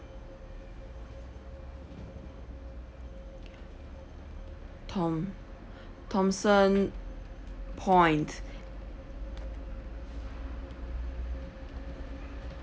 thom~ thomson point